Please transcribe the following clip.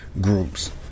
groups